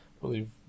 believe